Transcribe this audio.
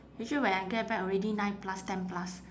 usually when I get back already nine plus ten plus